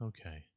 Okay